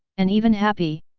and even happy.